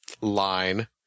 line